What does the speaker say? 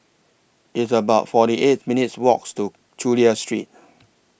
It's about forty eight minutes' Walk to Chulia Street